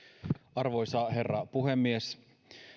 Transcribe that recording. arvoisa herra puhemies